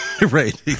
Right